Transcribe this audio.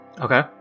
Okay